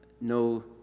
no